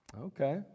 Okay